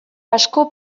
asko